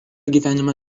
gyvenimą